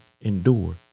endure